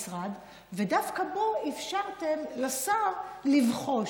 המשרד, ודווקא בו אפשרתם לשר לבחוש.